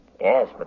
Yes